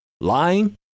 Lying